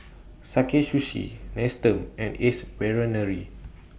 Sakae Sushi Nestum and Ace Brainery